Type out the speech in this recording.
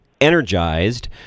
energized